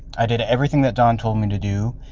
i did everything that don told me to do.